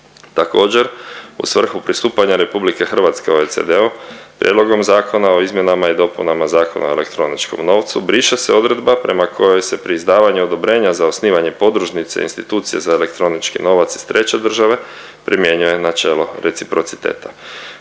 Također u svrhu pristupanja RH OECD-u Prijedlogom Zakona o izmjenama i dopunama Zakona o elektroničkom novcu briše se odredba prema kojoj se pri izdavanju odobrenja za osnivanje podružnice institucije za elektronički novac iz treće države primjenjuje načelo reciprociteta.